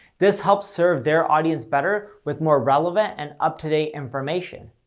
this helps serve their audience better with more relevant and up to date information.